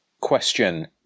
question